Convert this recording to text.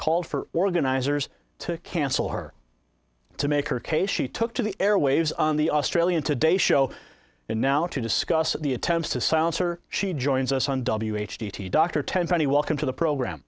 called for organizers to cancel her to make her case she took to the airwaves on the australian today show and now to discuss the attempts to silence her she joins us on w h t t dr tenpenny welcome to the program